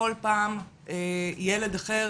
בכל פעם ילד אחר